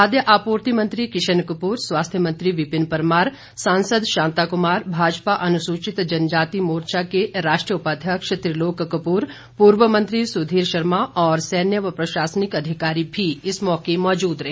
खाद्य आपूर्ति मंत्री किशन कूपर स्वास्थ्य मंत्री विपिन परमार सांसद शांता कुमार भाजपा अनुसूचित जनजाति मोर्चा के राष्ट्रीय उपाध्यक्ष त्रिलोक कपूर पूर्व मंत्री सुधीर शर्मा और सैन्य व प्रशासनिक अधिकारी भी इस मौके पर मौजूद रहे